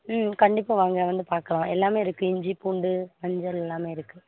ம் கண்டிப்பாக வாங்க வந்து பார்க்கலாம் எல்லாமே இருக்குது இஞ்சி பூண்டு மஞ்சள் எல்லாமே இருக்குது